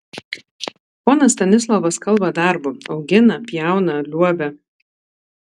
ponas stanislovas kalba darbu augina pjauna liuobia